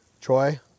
Troy